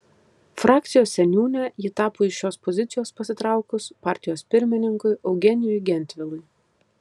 frakcijos seniūne ji tapo iš šios pozicijos pasitraukus partijos pirmininkui eugenijui gentvilui